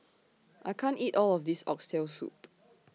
I can't eat All of This Oxtail Soup